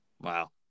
Wow